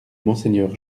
monseigneur